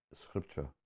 scripture